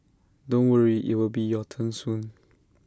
don't worry IT will be your turn soon